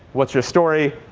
what's your story?